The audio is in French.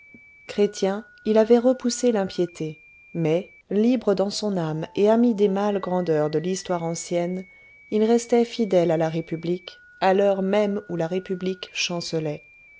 chrétien il avait repoussé l'impiété mais libre dans son âme et ami des mâles grandeurs de l'histoire ancienne il restait fidèle à la république à l'heure même où la république chancelait